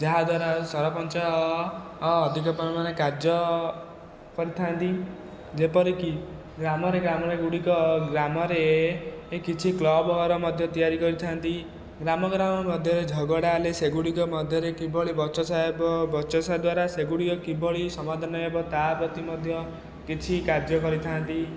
ଯାହା ଦ୍ଵାରା ସରପଞ୍ଚ ଅଧିକ ପରିମାଣରେ କାର୍ଯ୍ୟ କରିଥାନ୍ତି ଯେ ପରିକି ଗ୍ରାମରେ ଗ୍ରାମରେ ଗୁଡ଼ିକ ଗ୍ରାମରେ ଏଇ କିଛି କ୍ଲବ ଘର ମଧ୍ୟ ତିଆରି କରିଥାନ୍ତି ଗ୍ରାମ ଗ୍ରାମ ମଧ୍ୟରେ ଝଗଡ଼ା ହେଲେ ସେଗୁଡ଼ିକ ମଧ୍ୟରେ କିଭଳି ବଚସା ହବ ବଚସା ଦ୍ଵାରା ସେଗୁଡ଼ିକ କିଭଳି ସମାଧାନ ହେବ ତା ପ୍ରତି ମଧ୍ୟ କିଛି କାର୍ଯ୍ୟ କରିଥାନ୍ତି